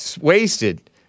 Wasted